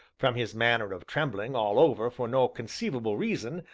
from his manner of trembling all over for no conceivable reason,